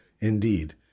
Indeed